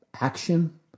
action